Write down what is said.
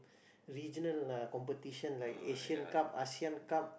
regional uh competition like Asian-Cup Asean-Cup